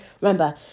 remember